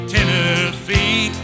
Tennessee